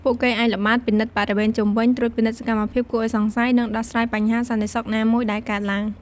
ពួកគេអាចល្បាតពិនិត្យបរិវេណជុំវិញ ត្រួតពិនិត្យសកម្មភាពគួរឲ្យសង្ស័យ និងដោះស្រាយបញ្ហាសន្តិសុខណាមួយដែលកើតឡើង។